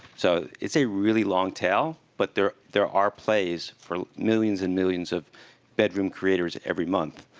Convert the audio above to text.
so it's a really long tail, but there there are plays for millions and millions of bedroom creators every month.